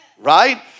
right